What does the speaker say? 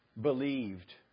believed